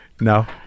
No